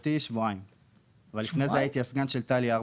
שבועיים אבל לפני כן הייתי הסגן של טלי במשך